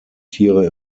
tiere